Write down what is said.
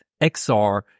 XR